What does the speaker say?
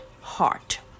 heart